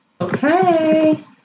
Okay